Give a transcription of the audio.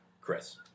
Chris